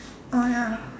oh ya